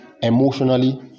emotionally